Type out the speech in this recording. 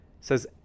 Says